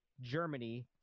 Germany